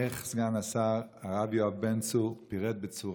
איך סגן השר הרב יואב בן צור פירט בטוב